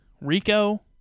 Rico